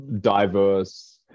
diverse